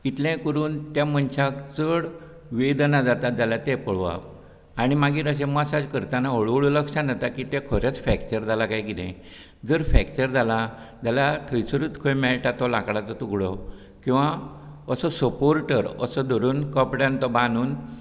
इतलें करून त्या मनशाक चड वेदना जाता जाल्यार तें पळोवप आनी मागीर अशें मसाज करताना हळू हळू लक्षांत येता की तें खरेंच फ्रॅक्चर जालां कांय कितें जर फ्रॅक्चर जाला जाल्यार थंयसरूच खंय मेळटा तो लाकडाचो तुकडो किंवा असो सपोर्टर असो धरून कपड्यान तो बांदून